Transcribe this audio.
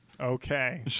Okay